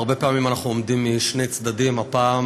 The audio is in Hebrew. הרבה פעמים אנחנו עומדים משני צדדים, הפעם